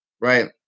right